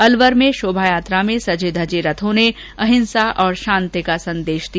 अलवर में शोभा यात्रा में सजे धजे रथों ने अहिंसा और शांति का संदेश दिया